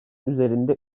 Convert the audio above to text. üzerinde